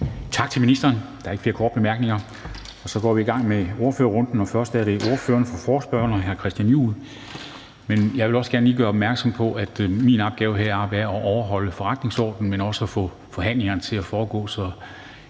Tak til ministeren. Der er ikke flere korte bemærkninger. Så går vi i gang med ordførerrunden. Først er det ordføreren for forespørgerne, hr. Christian Juhl. Jeg vil også gerne lige gøre opmærksom på, at min opgave heroppe er at overholde forretningsordenen, men også at få forhandlingerne til at foregå så